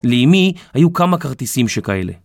לאימי היו כמה כרטיסים שכאלה